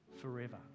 forever